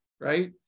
right